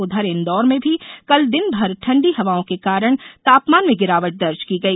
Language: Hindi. उधर इंदौर में भी कल दिन भर ठण्डी हवाओं के कारण तापमान में गिरावट दर्ज की गई